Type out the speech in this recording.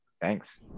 Thanks